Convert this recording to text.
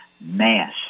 Mass